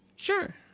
Sure